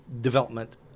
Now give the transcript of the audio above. development